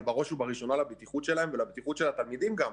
אבל בראש ובראשונה לבטיחות שלהם ולבטיחות של התלמידים גם.